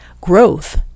growth